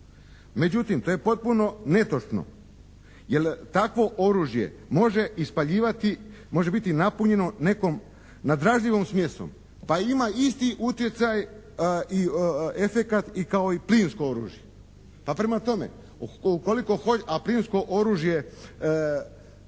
Međutim, to je potpuno netočno jer takvo oružje može ispaljivati, može biti napunjeno nekom nadražljivom smjesom pa ima isti utjecaj i efekat kao i plinsko oružje. Pa prema tome, ukoliko, a plinsko oružje